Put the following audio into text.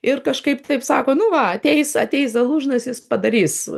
ir kažkaip taip sako nu va ateis ateis zalužnas jis padarys